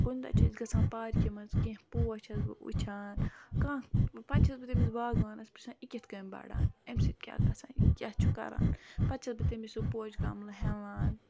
کُنہِ دۄہ چھِ أسۍ گژھان پارکہِ منٛز کینٛہہ پوش چھَس بہٕ وٕچھان کانٛہہ پَتہٕ چھَس بہٕ تٔمِس باغوانَس پِرٛژھان یہِ کِتھ کٔنۍ بَڑان امہِ سۭتۍ کیٛاہ گژھان یہِ کیٛاہ چھُ کَران پَتہٕ چھَس بہٕ تٔمِس سُہ پوشہِ گَملہٕ ہٮ۪وان